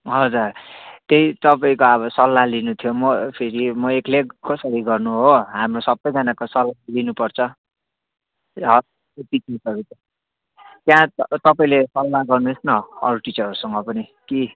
हजुर त्यही तपाईँको अब सल्लाह लिनु थियो म फेरि म एक्लै कसरी गर्नु हो हाम्रो सबैजनाको सल्लाह लिनुपर्छ त्यहाँ तपाईँले सल्लाह गर्नुहोस् न अरू टिचरहरूसँग पनि कि